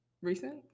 Recent